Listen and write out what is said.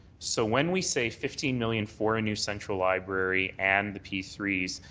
so when we say fifteen million for a new central library and the p three s,